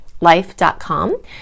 life.com